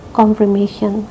confirmation